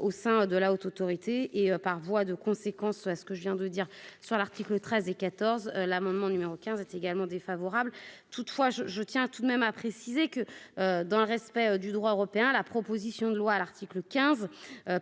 au sein de la Haute autorité et par voie de conséquence, à ce que je viens de dire, sur l'article 13 et 14 l'amendement numéro 15 est également défavorable, toutefois je je tiens tout de même à préciser que, dans le respect du droit européen, la proposition de loi à l'article 15